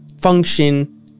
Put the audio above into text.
function